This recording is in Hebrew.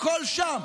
הכול שם.